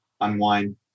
unwind